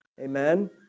amen